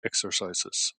exercises